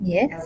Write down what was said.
Yes